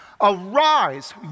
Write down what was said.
Arise